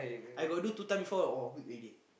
I got do two time before !wah! weak already